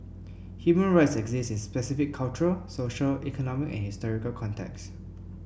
human rights exist in specific cultural social economic and historical contexts